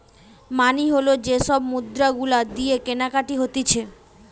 মানি হল যে সব মুদ্রা গুলা দিয়ে কেনাকাটি হতিছে